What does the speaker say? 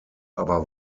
aber